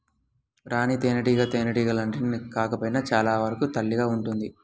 రాణి తేనెటీగ తేనెటీగలన్నింటికి కాకపోయినా చాలా వరకు తల్లిగా ఉంటుంది